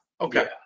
Okay